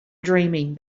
dreaming